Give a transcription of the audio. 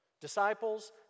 Disciples